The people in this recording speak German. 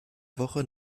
woche